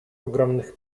ogromnych